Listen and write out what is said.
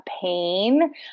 pain